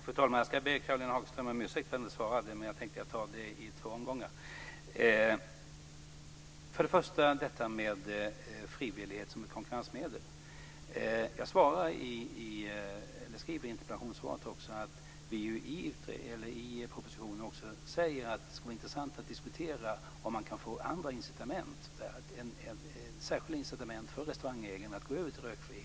Fru talman! Jag vill be Caroline Hagström om ursäkt för att jag inte svarade på hennes frågor, men jag tänkte ta det i två omgångar. När det gäller frivillighet som ett konkurrensmedel skriver jag i mitt interpellationssvar att vi i propositionen säger att det skulle vara intressant att diskutera om man kan införa särskilda incitament för restaurangägarna att gå över till rökfrihet.